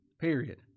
Period